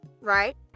right